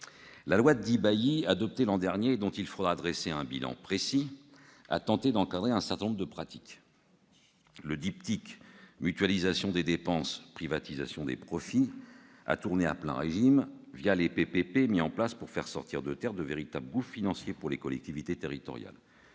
La loi Bailly adoptée l'an dernier, et dont il faudra dresser un bilan précis, a tenté d'encadrer un certain nombre de pratiques. Le diptyque « mutualisation des dépenses-privatisation des profits » a tourné à plein régime les partenariats public-privé, ces PPP mis en place pour faire sortir de terre ... de véritables gouffres financiers pour les collectivités territoriales